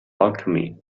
alchemy